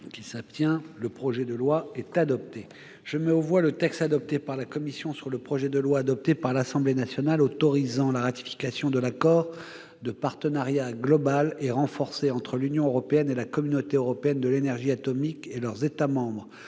à l'adoption de ce texte. Je mets aux voix le texte adopté par la commission sur le projet de loi, adopté par l'Assemblée nationale, autorisant la ratification de l'accord de partenariat global et renforcé entre l'Union européenne et la Communauté européenne de l'énergie atomique et leurs États membres,